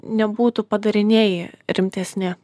nebūtų padariniai rimtesni